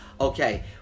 Okay